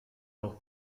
noch